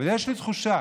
אבל יש לי תחושה